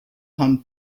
home